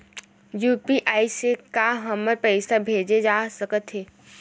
UPI से का हमर पईसा भेजा सकत हे?